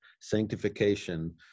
sanctification